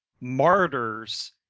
Martyrs